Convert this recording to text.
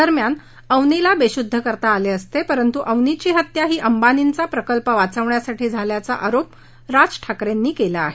दरम्यान अवनींना बेशुद्ध करता आले असते परंतु अवनीची हत्या ही अंबानींचा प्रकल्प वाचवण्यासाठी झाल्याचा आरोप राज ठाकरेंनी केला आहे